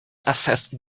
assessed